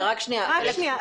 רק שנייה,